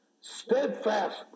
steadfast